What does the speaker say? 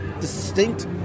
distinct